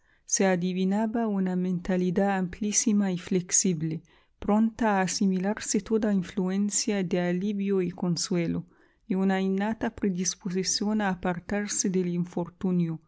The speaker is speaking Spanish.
se adivinaba una mentalidad amplísima y flexible pronta a asimilarse toda influencia de alivio y consuelo y una innata predisposición a apartarse del infortunio